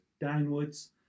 downwards